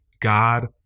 God